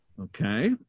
Okay